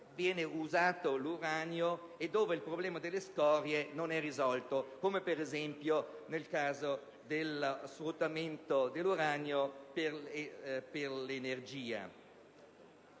viene usato l'uranio e dove il problema delle scorie non è risolto, come, per esempio, nel caso dello sfruttamento dell'uranio per l'energia.